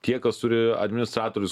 tie kas turi administratorius